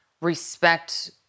respect